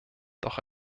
doch